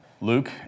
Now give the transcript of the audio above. Luke